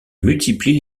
multiplie